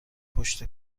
پشت